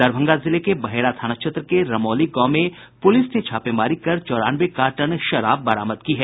दरभंगा जिले के बहेड़ा थाना क्षेत्र के रमौली गांव में पुलिस ने छापेमारी कर चौरानवे कार्टन शराब बरामद की है